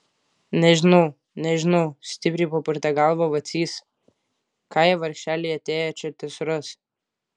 nežinau nežinau stipriai papurtė galvą vacys ką jie vargšeliai atėję čia tesuras